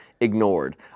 ignored